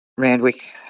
randwick